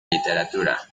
literatura